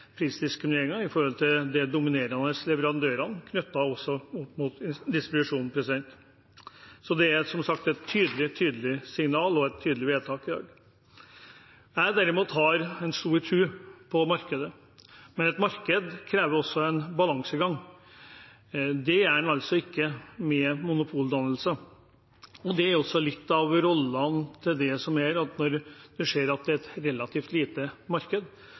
er som sagt et tydelig, tydelig signal og et tydelig vedtak i dag. Jeg har derimot stor tro på markedet, men marked krever også en balansegang. Det er det ikke med monopoldannelser. Det er også litt av rollene her, at når man ser at det er et relativt lite marked,